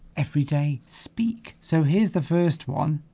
everyday speak so here's the first one